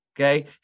Okay